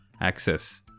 access